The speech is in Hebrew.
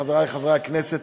חברי חברי הכנסת,